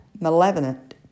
malevolent